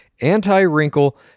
anti-wrinkle